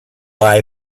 lie